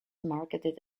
marketed